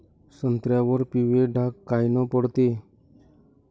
संत्र्यावर पिवळे डाग कायनं पडते?